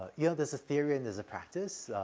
ah, you know, there's a theory and there's a practice.